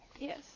Yes